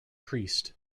priest